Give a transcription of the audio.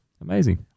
Amazing